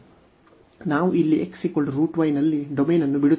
ನಾವು ಇಲ್ಲಿ x ನಲ್ಲಿ ಡೊಮೇನ್ ಅನ್ನು ಬಿಡುತ್ತಿದ್ದೇವೆ